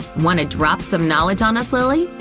wanna drop some knowledge on us, lilly?